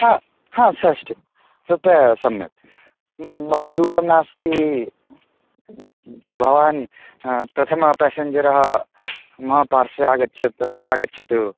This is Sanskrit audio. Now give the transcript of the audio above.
हा हा षष्ठी रुप्यकं सम्यक् बहु दूरं नास्ति भवान् प्रथमः पेसञ्जरः मम पार्श्वे आगच्छतु आगच्छतु